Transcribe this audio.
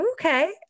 okay